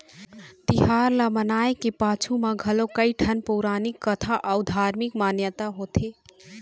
तिहार ल मनाए के पाछू म घलोक कइठन पउरानिक कथा अउ धारमिक मान्यता होथे